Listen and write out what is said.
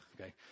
Okay